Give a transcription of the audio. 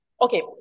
okay